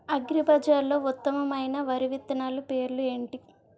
అగ్రిబజార్లో ఉత్తమమైన వరి విత్తనాలు పేర్లు ఏంటి?